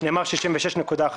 נאמר "66.1".